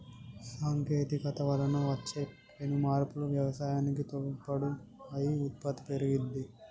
సాంకేతికత వలన వచ్చే పెను మార్పులు వ్యవసాయానికి తోడ్పాటు అయి ఉత్పత్తి పెరిగింది